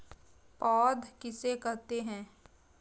पौध किसे कहते हैं?